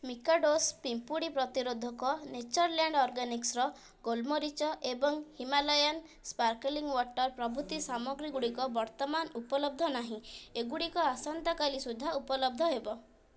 ମିକାଡ଼ୋସ୍ ପିମ୍ପୁଡ଼ି ପ୍ରତିରୋଧକ ନେଚର୍ଲ୍ୟାଣ୍ଡ୍ ଅର୍ଗାନିକ୍ସ୍ର ଗୋଲମରିଚ ଏବଂ ହିମାଲୟାନ୍ ସ୍ପାର୍କ୍ଲିଂ ୱାଟର୍ ପ୍ରଭୃତି ସାମଗ୍ରୀଗୁଡ଼ିକ ବର୍ତ୍ତମାନ ଉପଲବ୍ଧ ନାହିଁ ଏଗୁଡ଼ିକ ଆସନ୍ତା କାଲି ସୁଦ୍ଧା ଉପଲବ୍ଧ ହେବ